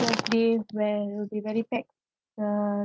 day where it will be very packed the